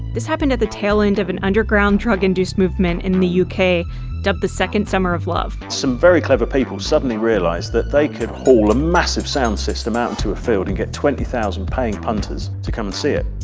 this happened at the tail end of an underground drug-induced movement in the yeah uk, dubbed the second summer of love. some very clever people suddenly realized that they could haul a massive sound system out into a field and get twenty thousand paying punters to come and see it.